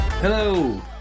Hello